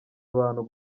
abantu